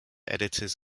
editors